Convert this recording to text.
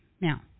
Now